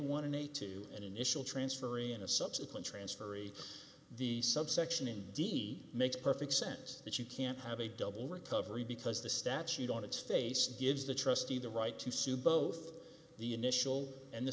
a to an initial transfer in a subsequent transferee the subsection indeed makes perfect sense that you can't have a double recovery because the statute on its face gives the trustee the right to sue both the initial and the